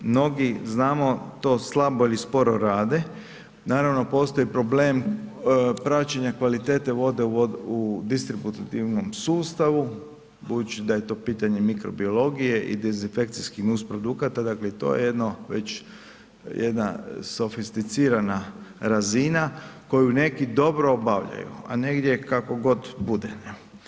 Mnogi, znamo to slabo ili sporo rade, naravno postoji problem praćenja kvalitete vode u distributativnom sustavu budući da je to pitanje mikrobiologije i dezinfekcijskih nusprodukata, dakle i to je jedno već, jedna sofisticirana razina koju neki dobro obavljaju, a negdje kako god bude, ne.